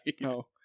no